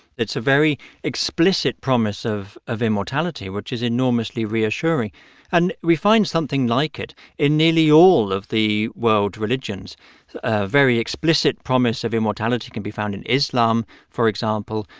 it's a very explicit promise of of immortality, which is enormously reassuring and we find something like it in nearly all of the world religions a very explicit promise of immortality can be found in islam, for example,